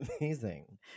Amazing